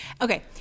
Okay